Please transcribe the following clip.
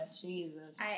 Jesus